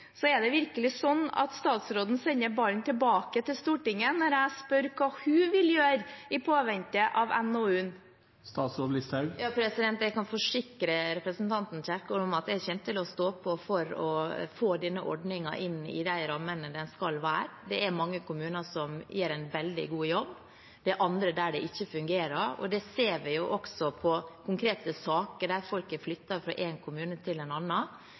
Er det virkelig slik at statsråden sender ballen tilbake til Stortinget når jeg spør hva hun vil gjøre i påvente av NOU-en? Jeg kan forsikre representanten Kjerkol om at jeg kommer til å stå på for å få denne ordningen inn i de rammene den skal være i. Det er mange kommuner som gjør en veldig god jobb. Det er andre kommuner hvor det ikke fungerer. Det ser vi i konkrete saker der folk har flyttet fra én kommune til en